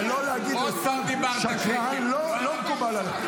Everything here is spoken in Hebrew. אבל להגיד לשר "שקרן" לא מקובל עליי.